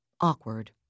awkward